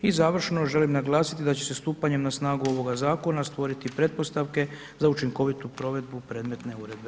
I završno, želim naglasiti, da će se stupanjem na snagu ovoga zakona, stvoriti pretpostavke za učinkovitu provedbu predmetne uredbe.